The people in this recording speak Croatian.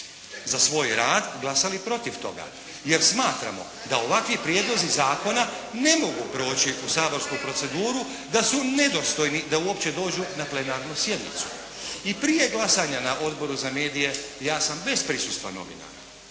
za svoj rad glasali protiv toga. Jer smatramo da ovakvi prijedlozi zakona ne mogu proći u saborsku proceduru, da su ne dostojni da uopće dođu na plenarnu sjednicu. I prije glasanja na Odboru za medije ja sam bez prisustva novinara